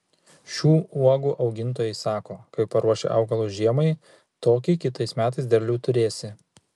šių uogų augintojai sako kaip paruoši augalus žiemai tokį kitais metais derlių turėsi